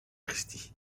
christie